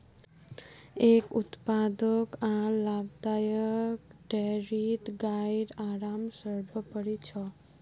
एक उत्पादक आर लाभदायक डेयरीत गाइर आराम सर्वोपरि छ